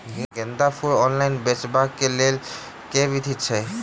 गेंदा फूल ऑनलाइन बेचबाक केँ लेल केँ विधि छैय?